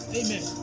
amen